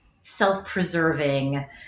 self-preserving